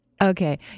Okay